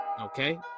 Okay